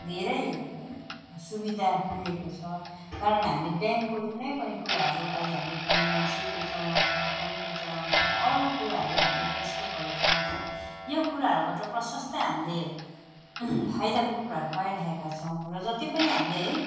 धेरै है सुविधा मिलेको छ कारण हामीले ब्याङ्कको जुनै पनि कुराहरू अहिले हामीले फोनमा जिपे चलाउँछौँ फोन पे चलाउँछौँ अरू कुराहरू हामी फेसबुकहरू चलाउँछौँ यो कुराहरूबाट प्रशस्त हामीले फाइदाको कुराहरू पाइरहेका छौँ र जति पनि हामीले है